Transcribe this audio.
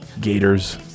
Gators